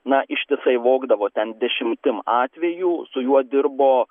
na ištisai vogdavo ten dešimtim atvejų su juo dirbo